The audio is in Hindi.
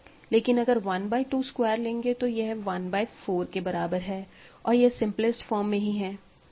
लेकिन अगर 1 बाय 2 स्क्वायर लेंगे तो यह 1 बाय 4 के बराबर है और यह सिंपलेस्ट फॉर्म में ही है